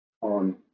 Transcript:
on